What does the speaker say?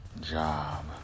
job